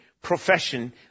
profession